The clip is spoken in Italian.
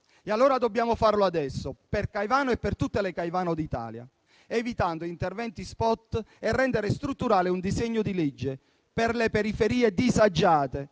e allora dobbiamo farlo adesso, per Caivano e per tutte le Caivano d'Italia, evitando interventi *spot* e rendendo strutturale un disegno di legge per le periferie disagiate.